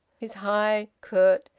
his high, curt,